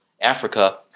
Africa